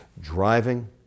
driving